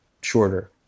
shorter